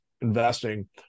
investing